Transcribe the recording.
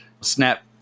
snap